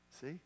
See